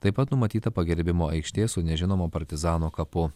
taip pat numatyta pagerbimo aikštė su nežinomo partizano kapu